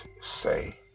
say